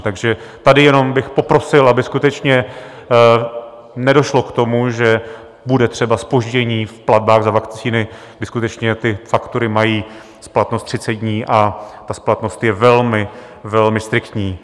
Takže tady jenom bych poprosil, aby skutečně nedošlo k tomu, že bude třeba zpoždění v platbách za vakcíny, kdy skutečně ty faktury mají splatnost 30 dní a splatnost je velmi, velmi striktní.